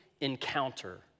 encounter